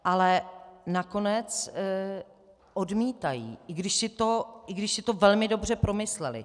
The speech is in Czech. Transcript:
Ale nakonec odmítají, i když si to velmi dobře promysleli.